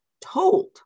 told